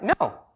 no